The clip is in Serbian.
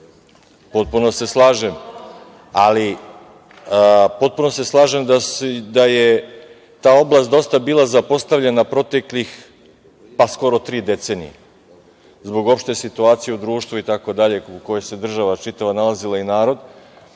Potpuno se slažem da je ta oblast dosta bila zapostavljena u proteklih skoro tri decenije zbog opšte situacije u društvu itd, a u kojem se čitava država nalazila, a i narod,